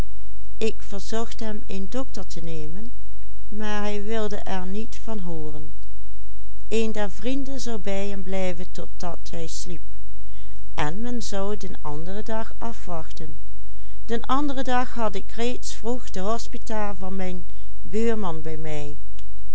wilde er niet van hooren een der vrienden zou bij hem blijven totdat hij sliep en men zou den anderen dag afwachten den anderen dag had ik reeds vroeg de hospita van mijn buurman bij mij